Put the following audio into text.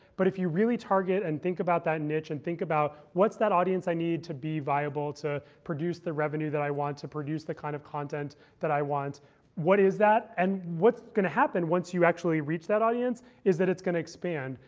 but if you really target, and think about that niche, and think about, what's that audience i need to be viable, to produce the revenue that i want to produce the kind of content that i want what is that? and what's going to happen, once you actually reach that audience, is that it's going to expand.